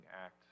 act